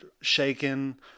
shaken